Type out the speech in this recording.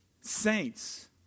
saints